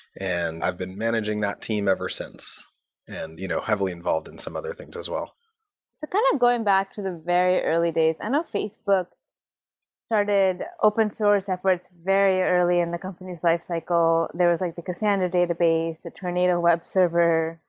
and i've been managing that team ever since and you know heavily involved in some other things as well kind of going back to the very early days, i know facebook started open-source efforts very early in the company's life cycle. there was like the cassandra database, the tornado web server,